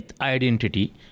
identity